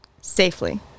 Safely